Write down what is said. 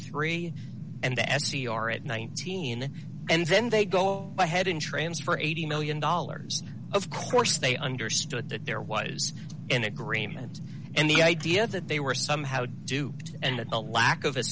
three and the s t r at nineteen and then they go ahead and transfer eighty one million dollars of course they understood that there was an agreement and the idea that they were somehow to do and that a lack of a